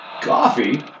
Coffee